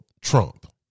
Trump